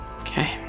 Okay